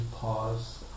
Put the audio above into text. pause